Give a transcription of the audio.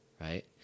Right